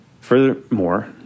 Furthermore